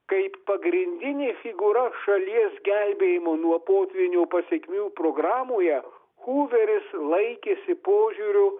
kaip pagrindinė figūra šalies gelbėjimo nuo potvynio pasekmių programoje huveris laikėsi požiūrio